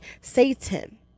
Satan